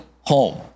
home